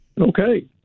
Okay